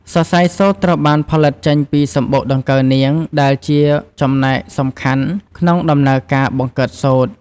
សរសៃសូត្រត្រូវបានផលិតចេញពីសំបុកដង្កូវនាង ដែលជាចំណែកសំខាន់ក្នុងដំណើរការបង្កើតសូត្រ។